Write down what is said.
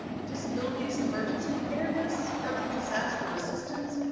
disabilities and emergency preparedness, federal disaster assistance,